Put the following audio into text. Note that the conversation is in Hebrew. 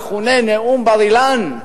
המכונה "נאום בר-אילן".